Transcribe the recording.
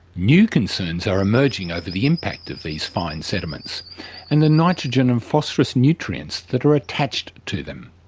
new concerns are emerging over the impact of these fine sediments and the nitrogen and phosphorous nutrients that are attached to them.